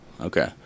Okay